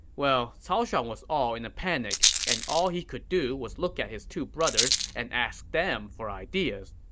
well, cao shuang was all in a panic, and all he could do was look at his two brothers and ask them for ideas.